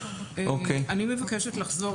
אני מבקשת לחזור